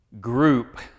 group